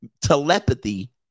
telepathy